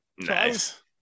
Nice